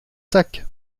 sacs